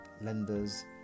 lenders